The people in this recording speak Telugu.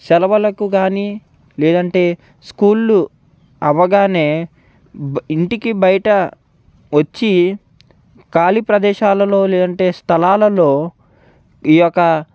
సేలవలకు కానీ లేదంటే స్కూళ్లు అవ్వగానే ఇంటికి బయట వచ్చి ఖాళీ ప్రదేశాలలో లేదంటే స్థలాలలో ఈ యొక్క